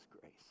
grace